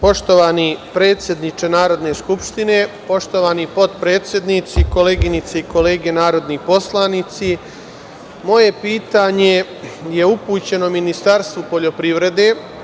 Poštovani predsedniče Narodne skupštine, poštovani potpredsednici, koleginice i kolege narodni poslanici, moje pitanje je upućeno Ministarstvu poljoprivrede.